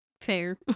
fair